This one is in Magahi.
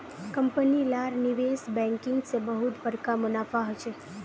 कंपनी लार निवेश बैंकिंग से बहुत बड़का मुनाफा होचे